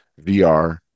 VR